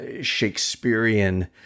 Shakespearean